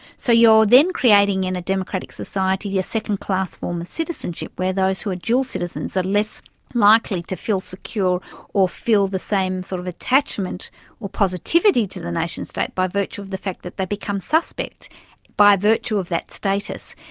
so you're then creating in a democratic society your second-class form of citizenship, where those who are dual citizens are less likely to feel secure or feel the same sort of attachment or positivity to the nationstate by virtue of the fact that they become suspect by virtue of that status.